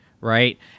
right